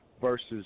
versus